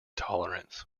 tolerance